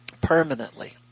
permanently